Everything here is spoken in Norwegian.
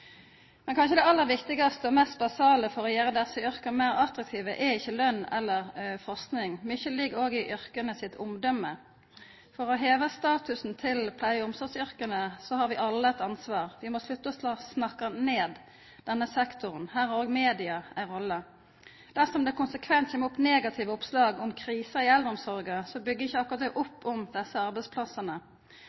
Men det kanskje aller viktigaste og mest basale for å gjera desse yrka meir attraktive, er ikkje løn eller forsking, mykje ligg òg i yrka sitt omdømme. For å heva statusen til pleie- og omsorgsyrka har vi alle eit ansvar. Vi må slutta å snakka ned denne sektoren. Her har òg media ei rolle. Dersom det konsekvent kjem opp negative oppslag om krisa i eldreomsorga, byggjer ikkje det akkurat opp om desse arbeidsplassane.